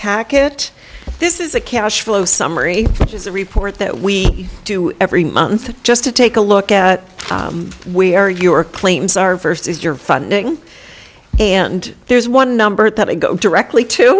packet this is a cash flow summary which is a report that we do every month just to take a look at where your claims are versus your funding and there is one number that i go directly to